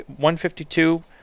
152